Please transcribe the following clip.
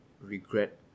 regret